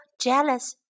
jealous